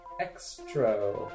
Extra